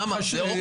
מה אמרת?